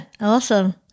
Awesome